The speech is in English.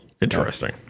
Interesting